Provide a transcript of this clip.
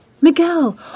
Miguel